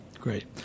Great